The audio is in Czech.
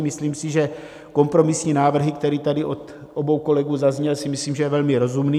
Myslím si, že kompromisní návrh, který tady od obou kolegů zazněl, je velmi rozumný.